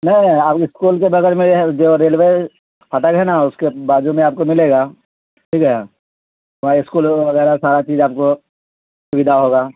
نہیں آپ اسکول کے بغیر میں جو ریلوے خٹک ہے نا اس کے بجو میں آپ کو ملے گا ٹھیک ہے وہ اسکول وغیرہ سارا چیز آپ کو سویدھا ہوگا